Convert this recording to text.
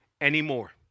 anymore